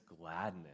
gladness